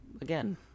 again